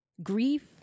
Grief